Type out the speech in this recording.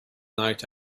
night